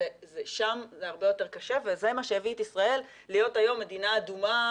שם זה הרבה יותר קשה וזה מה שהביא את ישראל להיות היום מדינה אדומה,